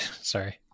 Sorry